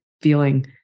feeling